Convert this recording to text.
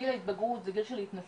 גיל ההתבגרות זה גיל של התנסות,